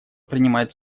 принимает